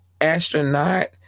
astronaut